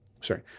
sorry